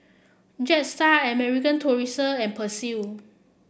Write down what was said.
Jetstar American Tourister and Persil